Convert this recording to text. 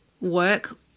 work